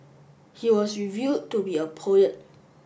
he was revealed to be a poet